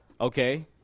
Okay